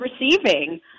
receiving